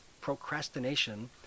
procrastination